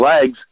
legs